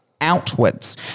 outwards